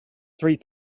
three